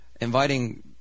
inviting